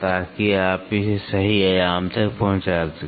ताकि आप इसे सही आयाम तक पहुंचा सकें